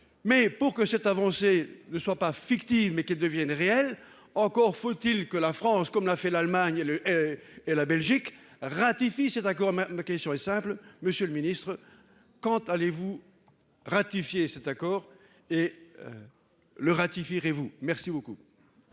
Mais pour que cette avancée ne soit pas fictive mais qu'elle devienne réel, encore faut-il que la France comme l'a fait l'Allemagne et le. Et la Belgique ratifie cet accord. La question est simple, monsieur le Ministre quand allez-vous ratifier cet accord et. Le ratifierait vous. Merci beaucoup.